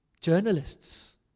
Journalists